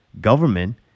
government